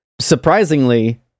surprisingly